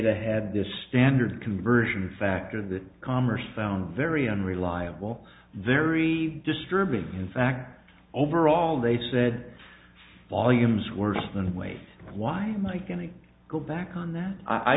data had this standard conversion factor the commerce found very unreliable very disturbing in fact overall they said volumes worse than waste why am i going to go back on that i